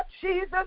Jesus